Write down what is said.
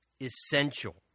essential